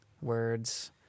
words